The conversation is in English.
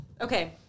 Okay